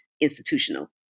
institutional